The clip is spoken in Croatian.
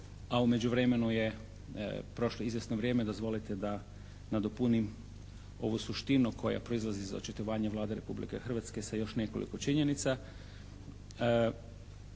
a u međuvremenu je prošlo izvjesno vrijeme, dozvolite da nadopunim ovu suštinu koja proizlazi iz očitovanja Vlade Republike Hrvatske sa još nekoliko činjenica.